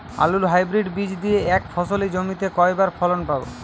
আলুর হাইব্রিড বীজ দিয়ে এক ফসলী জমিতে কয়বার ফলন পাব?